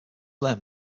learn